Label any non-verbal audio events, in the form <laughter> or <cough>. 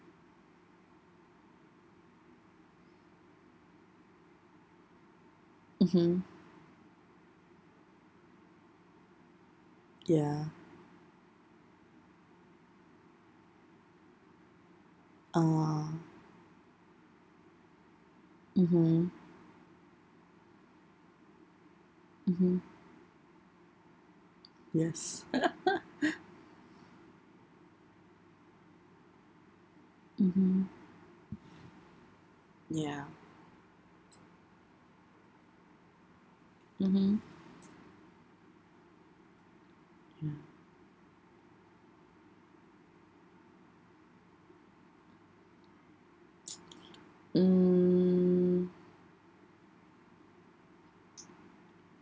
mmhmm ya uh mmhmm mmhmm yes <laughs> mmhmm ya mmhmm mm <noise> mm